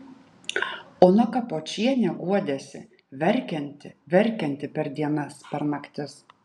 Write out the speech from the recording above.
ona kapočienė guodėsi verkianti verkianti per dienas per naktis